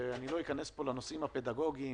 אני לא אכנס לנושאים הפדגוגיים,